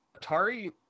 Atari